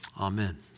Amen